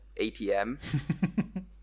atm